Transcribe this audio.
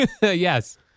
Yes